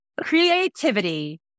Creativity